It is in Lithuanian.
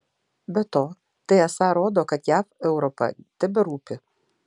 be to tai esą rodo kad jav europa teberūpi